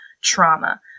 trauma